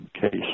case